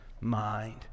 mind